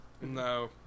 no